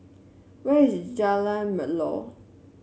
where is Jalan Melor